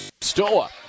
Stoa